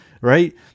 right